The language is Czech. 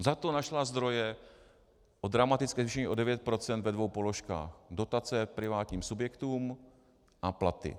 Zato našla zdroje na dramatické zvýšení o 9 % ve dvou položkách dotace privátním subjektům a platy.